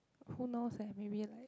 who knows eh maybe like